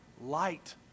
light